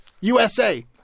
USA